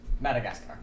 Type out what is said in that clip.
Madagascar